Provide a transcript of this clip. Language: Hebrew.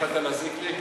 החלטת להזיק לי?